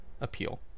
appeal